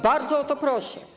Bardzo o to proszę.